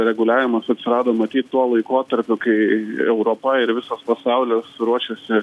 reguliavimas atsirado matyt tuo laikotarpiu kai europa ir visas pasaulis ruoįėsi